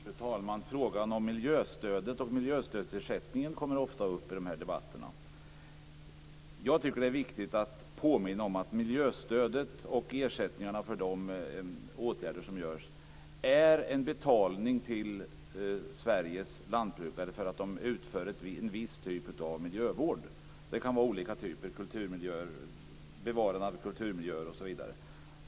Fru talman! Frågan om miljöstödet och miljöstödsersättningen kommer ofta upp i de här debatterna. Jag tycker att det är viktigt att påminna om att miljöstödet och ersättningarna för de åtgärder som vidtas är en betalning till Sveriges lantbrukare för att de utför en viss typ av miljövård. Det kan vara olika typer - bevarandet av kulturmiljöer osv.